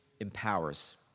empowers